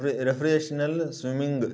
रे recreational swimming